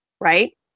right